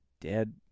dead